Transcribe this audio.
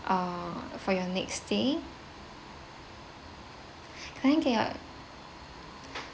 uh for your next staying could I get your